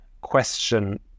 question